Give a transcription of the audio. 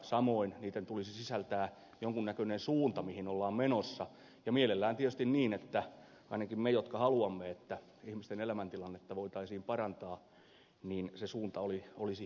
samoin niitten tulisi sisältää jonkun näköinen suunta mihin ollaan menossa ja mielellään tietysti niin että ainakin me jotka haluamme että ihmisten elämäntilannetta voitaisiin parantaa se suunta olisi myönteinen